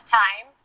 time